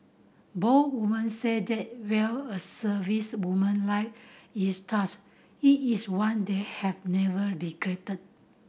both women said that while a servicewoman life is tough it is one they have never regretted